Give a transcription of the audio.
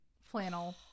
flannel